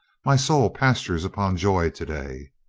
my soul pastures upon joy to-day.